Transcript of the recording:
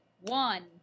one